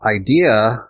idea